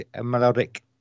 melodic